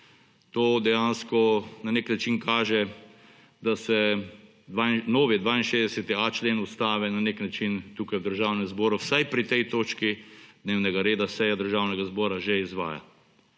To dejansko na nek način kaže, da se novi 62.a člen Ustave na nek način tukaj v Državnem zboru vsaj pri tej točki dnevnega reda seje Državnega zbora že izvaja.